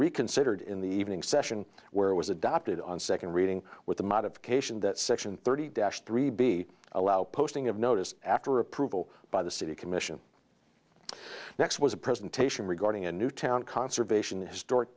reconsidered in the evening session where it was adopted on second reading with the modification that section thirty dash three b allow posting of notice after approval by the city commission next was a presentation regarding a new town conservation historic